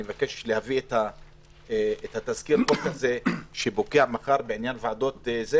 אני מבקש להביא את תזכיר החוק שפוקע מחר בעניין ועדות ---.